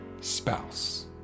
spouse